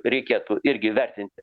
reikėtų irgi vertinti